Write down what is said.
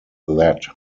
that